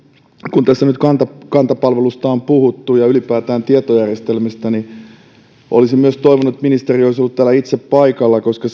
kun tässä nyt kanta kanta palvelusta on puhuttu ja ylipäätään tietojärjestelmistä niin olisin myös toivonut että ministeri olisi ollut täällä itse paikalla koska